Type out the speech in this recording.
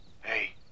Hey